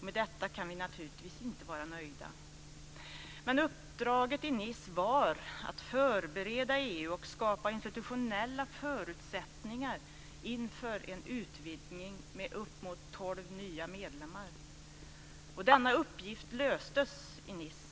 Med detta kan vi naturligtvis inte vara nöjda. Men uppdraget i Nice var att förbereda EU och skapa institutionella förutsättningar inför en utvidgning med uppemot 12 nya medlemmar. Denna uppgift löstes i Nice.